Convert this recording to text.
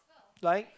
like